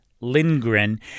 Lindgren